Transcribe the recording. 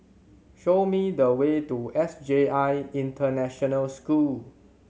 show me the way to S J I International School